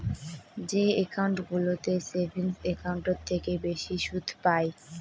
যে একাউন্টগুলোতে সেভিংস একাউন্টের থেকে বেশি সুদ পাই